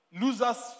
Losers